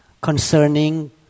concerning